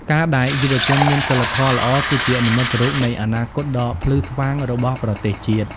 ការដែលយុវជនមានសីលធម៌ល្អ គឺជានិមិត្តរូបនៃអនាគតដ៏ភ្លឺស្វាងរបស់ប្រទេសជាតិ។